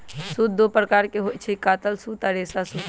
सूत दो प्रकार के होई छई, कातल सूत आ रेशा सूत